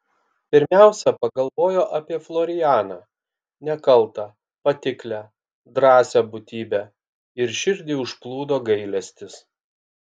pirmiausia pagalvojo apie florianą nekaltą patiklią drąsią būtybę ir širdį užplūdo gailestis